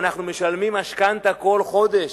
אנחנו משלמים משכנתה כל חודש,